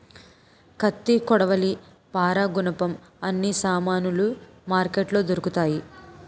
కత్తి కొడవలి పారా గునపం అన్ని సామానులు మార్కెట్లో దొరుకుతాయి